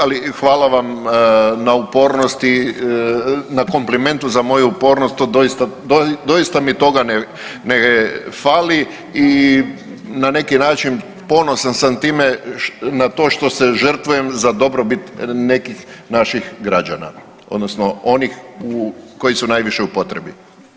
Ali hvala vam na upornosti, na komplimentu za moju upornost to doista, doista mi toga ne fali i na neki način ponosan sam time na to što se žrtvujem za dobrobit nekih naših građana odnosno onih koji su najviše u potrebi.